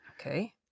Okay